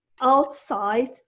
outside